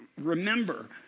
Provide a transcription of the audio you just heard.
remember